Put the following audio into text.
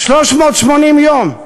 380 יום.